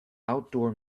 outdoor